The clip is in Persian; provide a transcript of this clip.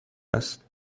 است